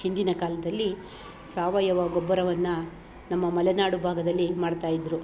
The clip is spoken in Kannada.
ಹಿಂದಿನ ಕಾಲದಲ್ಲಿ ಸಾವಯವ ಗೊಬ್ಬರವನ್ನು ನಮ್ಮ ಮಲೆನಾಡು ಭಾಗದಲ್ಲಿ ಮಾಡ್ತಾ ಇದ್ರು